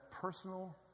personal